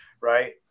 Right